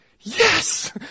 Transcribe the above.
yes